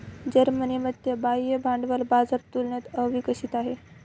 जर्मनीमध्ये बाह्य भांडवल बाजार तुलनेने अविकसित आहे